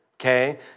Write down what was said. Okay